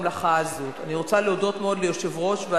אדוני היושב-ראש,